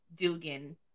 Dugan